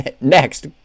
next